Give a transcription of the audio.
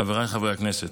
חבריי חברי הכנסת,